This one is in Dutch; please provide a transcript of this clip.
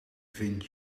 vind